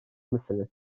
misiniz